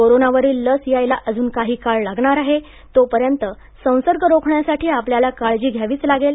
corona वरील लस यायला अजून काही काळ लागणार आहे पण तोपर्यंत संसर्ग रोखण्यासाठी आपल्याला काळजी घ्यावीच लागेल